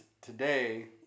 today